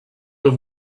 have